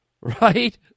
right